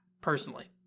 personally